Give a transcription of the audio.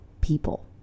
people